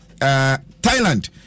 Thailand